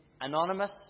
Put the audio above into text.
anonymous